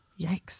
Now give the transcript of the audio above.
Yikes